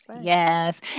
Yes